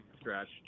stretch